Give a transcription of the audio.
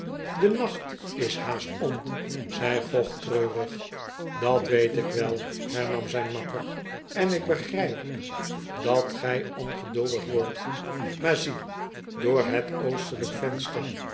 de nacht is haast om zeide gog treurig dat weet ik wel hernam zijn makker en ik begryp dat gjj ongeduldig wordt maar zie i door het oostelpe venster